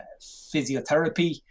physiotherapy